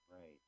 Right